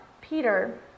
Peter